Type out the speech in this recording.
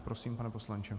Prosím, pane poslanče.